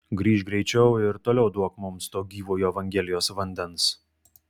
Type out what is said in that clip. grįžk greičiau ir toliau duok mums to gyvojo evangelijos vandens